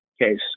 case